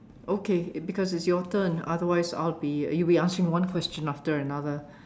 okay because it's your turn otherwise I'll be you'll be answering one question after another